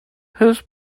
his